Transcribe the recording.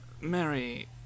Mary